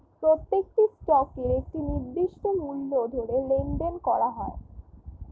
প্রত্যেকটি স্টকের একটি নির্দিষ্ট মূল্য ধরে লেনদেন করা হয়